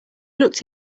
looked